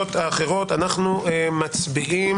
ההסתייגויות האחרות אנחנו מצביעים.